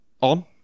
On